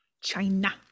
china